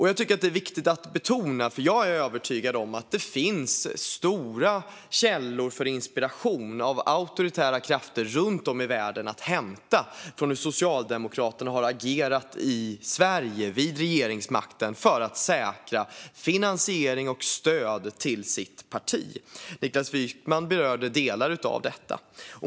Jag tycker att det är viktigt att betona detta, för jag är övertygad om att det är en stor källa till inspiration för auktoritära krafter runt om i världen hur Socialdemokraterna har agerat vid regeringsmakten i Sverige för att säkra finansiering och stöd till sitt parti. Niklas Wykman berörde delar av detta.